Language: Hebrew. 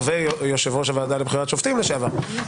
ויושב ראש הוועדה לבחירת שופטים לשעבר.